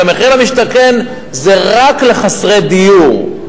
הרי מחיר למשתכן זה רק לחסרי דיור,